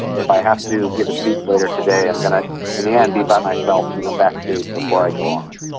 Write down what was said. if i have to give a speech later today i'm going to in the end be by myself you know backstage before i go on.